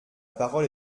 parole